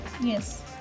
Yes